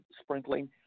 sprinkling